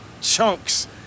chunks